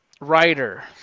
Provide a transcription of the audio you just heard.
writer